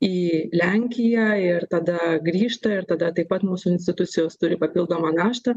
į lenkiją ir tada grįžta ir tada taip pat mūsų institucijos turi papildomą naštą